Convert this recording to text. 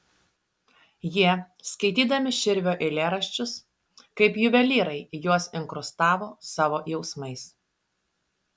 jie skaitydami širvio eilėraščius kaip juvelyrai juos inkrustavo savo jausmais